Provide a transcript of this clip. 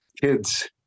kids